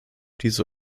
diese